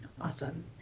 Awesome